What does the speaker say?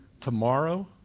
tomorrow